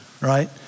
right